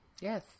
Yes